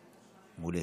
בבקשה.